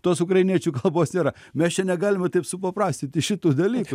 tos ukrainiečių kalbos nėra mes čia negalima taip supaprastinti šitų dalykų